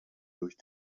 durch